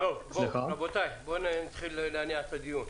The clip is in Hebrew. רבותי, בואו נתחיל להניע את הדיון.